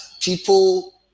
People